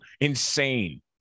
insane